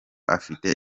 afite